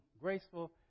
graceful